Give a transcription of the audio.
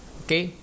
okay